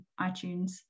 iTunes